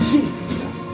Jesus